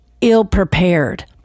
ill-prepared